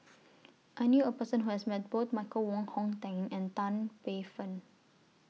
I knew A Person Who has Met Both Michael Wong Hong Teng and Tan Paey Fern